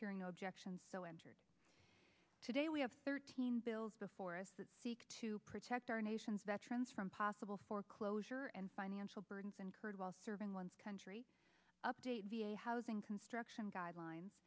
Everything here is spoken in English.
hearing objections so entered today we have thirteen bills before us that seek to protect our nation's veterans from possible foreclosure and financial burdens incurred while serving one's country update v a housing construction guidelines